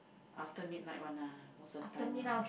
after midnight one ah most of the time lah